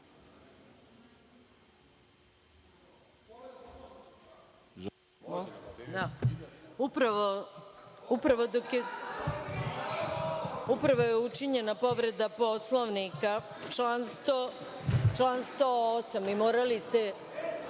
Upravo je učinjena povreda Poslovnika član 108. i morali